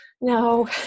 No